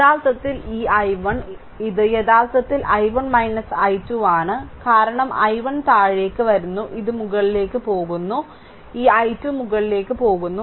യഥാർത്ഥത്തിൽ ഈ I1 ഇത് യഥാർത്ഥത്തിൽ I1 I2 ആണ് കാരണം I1 താഴേക്ക് വരുന്നു ഇത് മുകളിലേക്ക് പോകുന്നു ഈ I2 മുകളിലേക്ക് പോകുന്നു